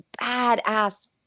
badass